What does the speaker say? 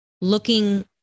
looking